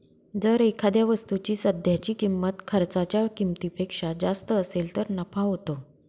जर एखाद्या वस्तूची सध्याची किंमत खर्चाच्या किमतीपेक्षा जास्त असेल तर नफा होतो